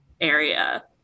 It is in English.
area